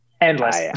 Endless